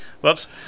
Whoops